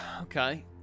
okay